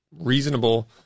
reasonable